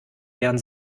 wären